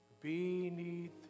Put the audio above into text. beneath